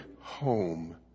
home